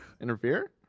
interfere